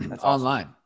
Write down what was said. online